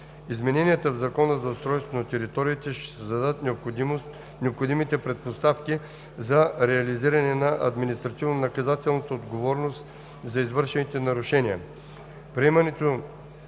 Измененията в Закона за устройство на територията ще създадат необходимите предпоставки за реализиране на административнонаказателна отговорност за извършени нарушения.